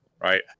Right